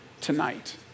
tonight